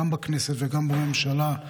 גם בכנסת וגם בממשלה,